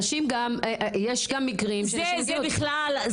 זה בכלל,